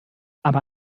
aber